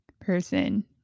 person